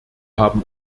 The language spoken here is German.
haben